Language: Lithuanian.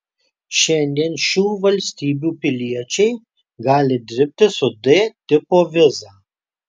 šiandien šių valstybių piliečiai gali dirbti su d tipo viza